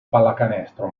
pallacanestro